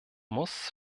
muss